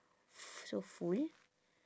f~ so full